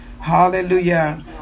Hallelujah